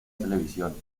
televisión